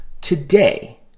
today